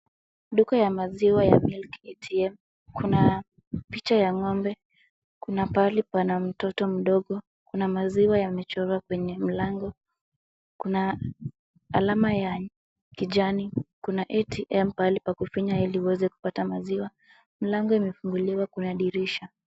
Duka ya maziwa ya milk ATM , kuna picha ya ng'ombe, kuna pahali pana mtoto mdogo, kuna maziwa yamechorwa kwenye mlango, kuna alama ya kijani, kuna ATM pahali pa kufinya ili uweze kupata maziwa, mlango imefunguliwa, kuna dirisha.